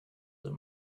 that